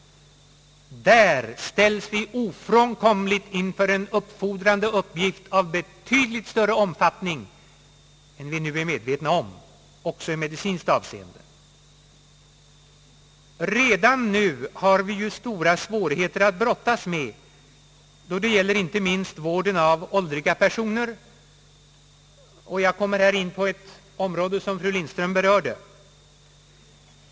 Där ställs vi ofrånkomligt inför en uppfordrande uppgift av betydligt större omfattning än vi nu är medvetna om, också i medicinskt avseende. Redan nu har vi ju stora svårigheter att brottas med då det gäller inte minst vården av åldriga personer. Jag kommer här in på ett område som fru Lindström berörde.